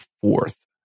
fourth